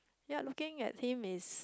ya looking at him is